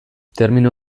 termino